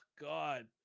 God